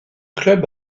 club